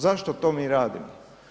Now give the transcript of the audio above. Zašto to mi radimo?